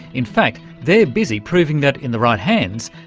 in fact, they're busy proving that, in the right hands,